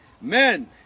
men